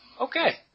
Okay